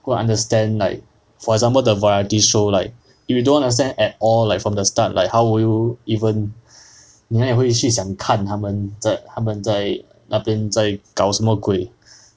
go and understand like for example the variety show like if you don't understand at all like from the start like how will you even 你哪里会去想看他们在他们在那边在搞什么鬼